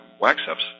wax-ups